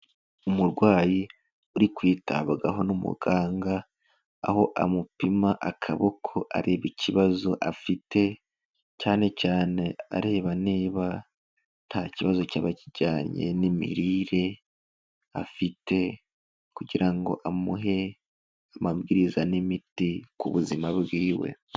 Umurwayi uri kwitabwabwaho n'umuganga, aho amupima akaboko areba ikibazo afite, cyanecyane areba niba nta kibazo cyaba kijyanye n'imirire afite, kugira ngo amuhe amabwiriza n'imiti ku buzima bwiwe.